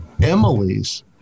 Emily's